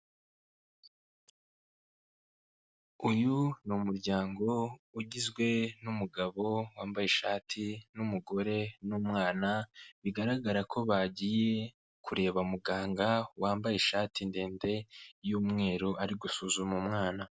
Uyu ni umuryango ugizwe n'umugabo wambaye ishati n'umugore n'umwana bigaragara ko bagiye kureba muganga wambaye ishati ndende y'umweru arigusuzuma umwana.